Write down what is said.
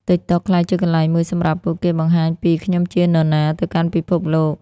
TikTok ក្លាយជាកន្លែងមួយសម្រាប់ពួកគេបង្ហាញពី "ខ្ញុំជានរណា" ទៅកាន់ពិភពលោក។